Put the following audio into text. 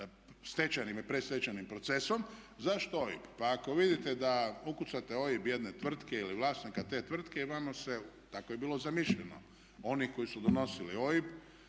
stečajnim i predstečajnim procesom. Zašto OIB? Pa ako vidite da ukucate OIB jedne tvrtke ili vlasnika te tvrtke vama se, tako je bilo zamišljeno, oni koji su donosili OIB